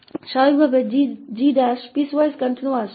तो स्वाभाविक रूप से 𝑔′ पीसवाइज कंटीन्यूअस है